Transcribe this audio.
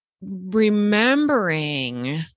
remembering